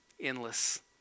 endless